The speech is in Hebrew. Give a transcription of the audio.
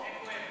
איפה הם?